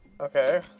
okay